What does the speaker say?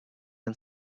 and